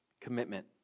commitment